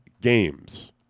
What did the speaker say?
games